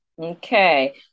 Okay